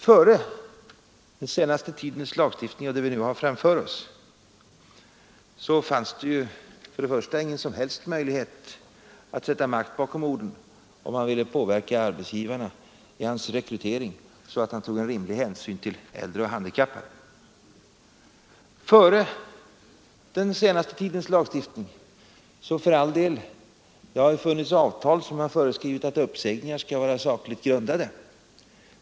Före den senaste tidens lagstiftning — och den vi nu har framför oss — fanns det ju ingen som helst möjlighet att sätta makt bakom orden om man ville påverka arbetsgivaren i hans rekrytering så att han tog rimlig hänsyn till äldre och handikappade. Före den senaste tidens lagstiftning har det för all del funnits avtal som föreskriver att uppsägningar skall vara sakligt grundade.